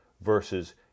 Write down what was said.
versus